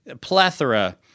plethora